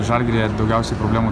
žalgiryje daugiausiai problemų